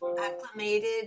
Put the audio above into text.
acclimated